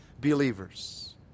believers